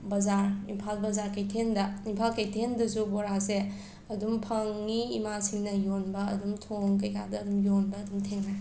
ꯕꯖꯥꯔ ꯏꯝꯐꯥꯜ ꯕꯖꯥꯔ ꯀꯩꯊꯦꯜꯗ ꯏꯝꯐꯥꯜ ꯀꯩꯊꯦꯜꯗꯁꯨ ꯕꯣꯔꯥꯁꯦ ꯑꯗꯨꯝ ꯐꯪꯏ ꯏꯃꯥꯁꯤꯡꯅ ꯌꯣꯟꯕ ꯑꯗꯨꯝ ꯊꯣꯡ ꯀꯩ ꯀꯥꯗ ꯑꯗꯨꯝ ꯌꯣꯟꯕ ꯑꯗꯨꯝ ꯊꯦꯡꯅꯩ